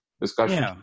discussion